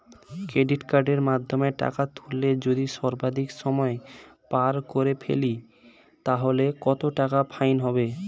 Credit কার্ডের মাধ্যমে টাকা তুললে যদি সর্বাধিক সময় পার করে ফেলি তাহলে কত টাকা ফাইন হবে?